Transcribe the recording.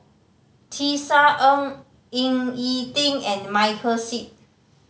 Tisa Ng Ying E Ding and Michael Seet